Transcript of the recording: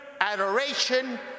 adoration